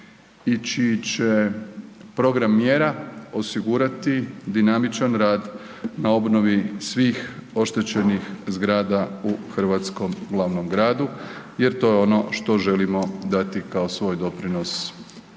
i čiji će program mjera osigurati dinamičan rad na obnovi svih oštećenih zgrada u hrvatskom glavnom gradu jer to je ono što želimo dati kao svoj doprinos